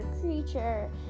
creature